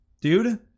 Dude